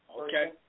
okay